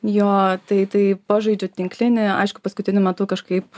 jo tai tai pažaidžiu tinklinį aišku paskutiniu metu kažkaip